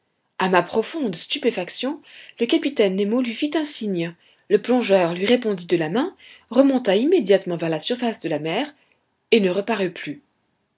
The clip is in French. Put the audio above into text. a ma profonde stupéfaction le capitaine nemo lui fit un signe le plongeur lui répondit de la main remonta immédiatement vers la surface de la mer et ne reparut plus